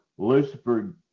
lucifer